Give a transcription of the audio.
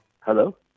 Hello